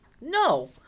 no